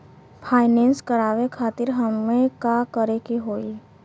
Finance करावे खातिर हमें का करे के होई?